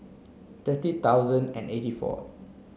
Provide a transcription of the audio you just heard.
thirty thousand and eighty four